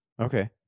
Okay